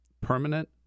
permanent